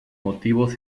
motivos